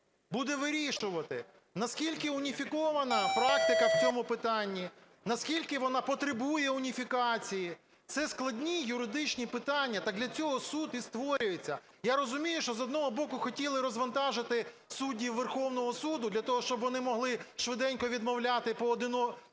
буде вирішувати, наскільки уніфікована практика в цьому питанні, наскільки вона потребує уніфікації. Це складні юридичні питання. Так для цього суд і створюється. Я розумію, що, з одного боку, хотіли розвантажити суддів Верховного Суду для того, щоб вони могли швиденько відмовляти, одноосібно